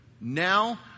Now